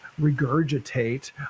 regurgitate